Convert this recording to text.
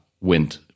went